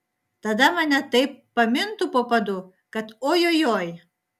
tada mane taip pamintų po padu kad ojojoi